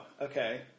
okay